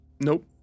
Nope